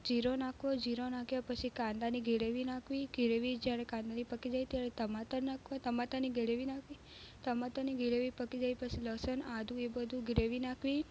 જીરું નાખવો જીરું નાખ્યા પછી કાંદાની ગ્રેવી નાખવી ગ્રેવી જ્યારે કાંદાની પાકી જાય ત્યારે ટમાટર નાખવા ટમાટરની ગ્રેવી નાખવી ટમાટરની ગ્રેવી પાકી જાય પછી લસણ આદું એ બધુ ગ્રેવી નાખવી